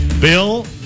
bill